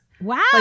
Wow